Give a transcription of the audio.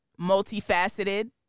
Multifaceted